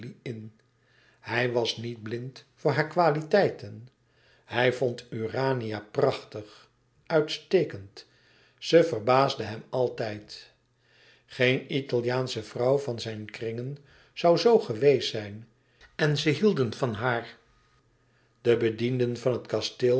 in hij was niet blind voor hare kwaliteiten hij vond urania prachtig uitstekend ze verbaasde hem altijd geen italiaansche vrouw van zijn kringen zoû zoo geweest zijn en ze hielden van haar de bedienden van het kasteel